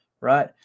right